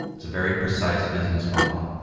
it's a very precise business model.